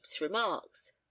remarks